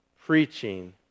preaching